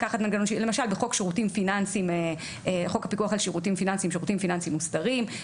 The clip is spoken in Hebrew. למשל בחוק הפיקוח על שירותים פיננסים (שירותים פיננסים מוסתרים).